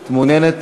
את מעוניינת?